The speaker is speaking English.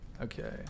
Okay